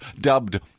dubbed